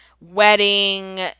wedding